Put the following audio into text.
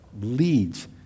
leads